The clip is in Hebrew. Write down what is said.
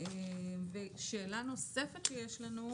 יש לנו שאלה נוספת.